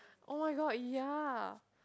oh-my-god ya